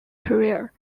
career